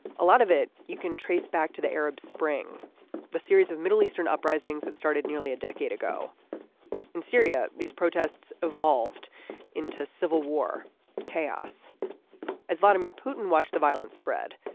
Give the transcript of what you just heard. a lot of it you can trace back to the arab spring a series of middle eastern uprisings that started nearly a decade ago in syria. these protests evolved into civil war chaos as vladimir putin watched the violence spread.